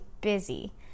busy